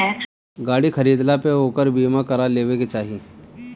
गाड़ी खरीदला पे ओकर बीमा करा लेवे के चाही